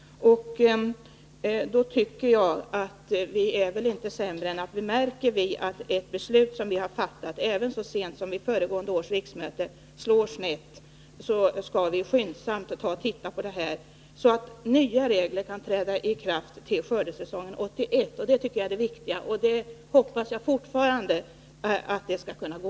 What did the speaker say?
Då tycker jag att vi inte bör vara sämre, när vi märker att ett beslut som vi har fattat — även om det var så sent som vid föregående års riksmöte — slår snett, än att vi skyndsamt ser över det, så att nya regler kan träda i kraft till skördesäsongen 1981. Det är det viktigaste, och jag hoppas fortfarande att det skall gå.